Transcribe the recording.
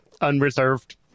unreserved